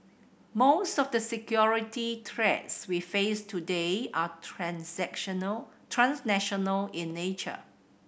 most of the security threats we face today are transnational transnational in nature